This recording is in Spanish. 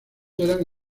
eran